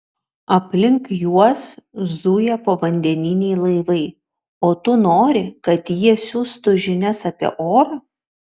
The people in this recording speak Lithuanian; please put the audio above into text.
aplink juos zuja povandeniniai laivai o tu nori kad jie siųstų žinias apie orą